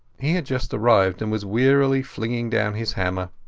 he had just arrived, and was wearily flinging down his hammer.